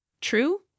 True